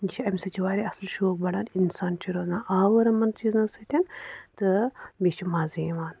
یہِ چھِ اَمہِ سۭتۍ چھِ واریاہ اَصٕل شوق بَڑان اِنسان چھِ روزان آوُر یِمَن چیٖزَن سۭتۍ تہٕ بیٚیہِ چھِ مَزٕ یِوان